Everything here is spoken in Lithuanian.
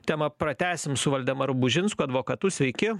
temą pratęsim su valdemaru bužinsku advokatu sveiki